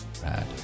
bad